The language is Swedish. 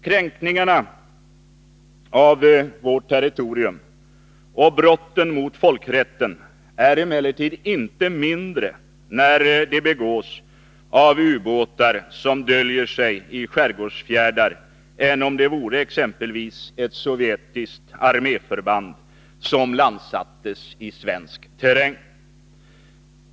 Kränkningarna av vårt territorium och brotten mot folkrätten är emellertid inte mindre, när de begås av ubåtar som döljer sig i skärgårdsfjärdar, än om det vore exempelvis ett sovjetiskt arméförband som landsattes i svensk terräng.